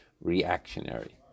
reactionary